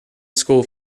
school